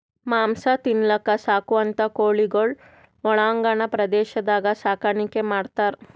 ಮಾಂಸ ತಿನಲಕ್ಕ್ ಸಾಕುವಂಥಾ ಕೋಳಿಗೊಳಿಗ್ ಒಳಾಂಗಣ ಪ್ರದೇಶದಾಗ್ ಸಾಕಾಣಿಕೆ ಮಾಡ್ತಾರ್